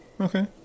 Okay